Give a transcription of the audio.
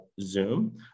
Zoom